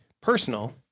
personal